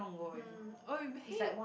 mm oh you behave